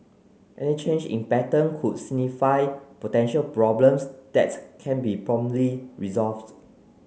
any change in pattern could signify potential problems that can be promptly resolved